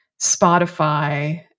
Spotify